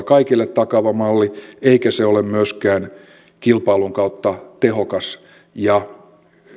kaikille takaava malli eikä se ole myöskään kilpailun kautta tehokas ja